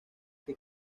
que